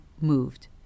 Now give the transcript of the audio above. moved